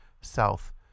south